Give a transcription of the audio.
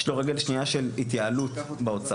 יש לו רגל שנייה של התייעלות בהוצאות